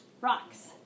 Rocks